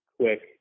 quick